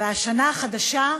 והשנה החדשה,